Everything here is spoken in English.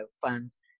funds